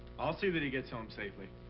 i'll see that he gets home safely.